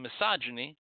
misogyny